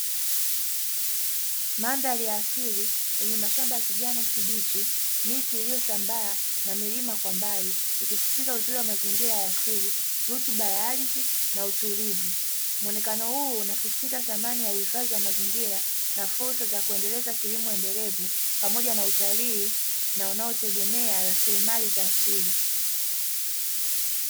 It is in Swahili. Mandhari ya asili yenye mashamba ya kijani kibichi, miti iliyosambaa na milima kwa mbali, ikisisitiza uzuri wa mazingira ya asili, rutuba ya ardhi na utulivu. Muonekano huu unasisitiza thamani ya uhifadhi wa mazingira na fursa za kuendeleza kilimo endelevu pamoja na utalii na wanaotegemea rasilimali za asili.